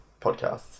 podcasts